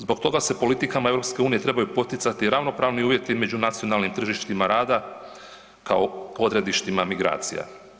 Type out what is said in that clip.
Zbog toga se politikama EU trebaju poticati ravnopravni uvjeti među nacionalnim tržištima rada kao odredištima migracija.